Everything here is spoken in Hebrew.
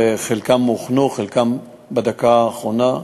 וחלקם הוכנו וחלקם בדקה האחרונה,